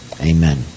Amen